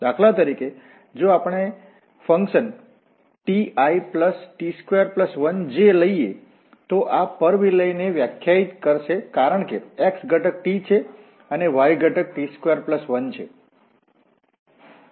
દાખલા તરીકે જો આપણેફંકશન tit21j લઈએ તો આ પરવલય ને વ્યાખ્યાયિત કરશે કારણ કે x ઘટક t છે અને y ઘટક t21છે